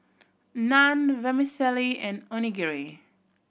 Naan Vermicelli and Onigiri